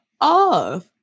off